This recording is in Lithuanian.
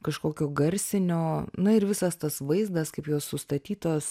kažkokio garsinio na ir visas tas vaizdas kaip jos sustatytos